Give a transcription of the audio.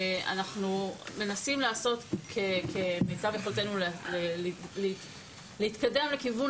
אנחנו מנסים כמיטב יכולתנו להתקדם לכיוון